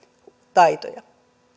taitoja